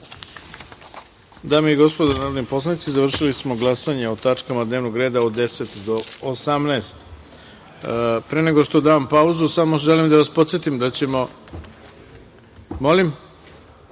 i gospodo narodni poslanici, završili smo glasanje o tačkama dnevnog reda od 10. do 18.Pre nego što dam pauzu samo želim da vas podsetim da ćemo…Molim?(Đorđe